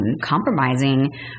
compromising